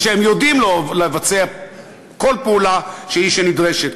ושהם יודעים לבצע כל פעולה שנדרשת,